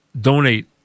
Donate